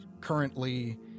currently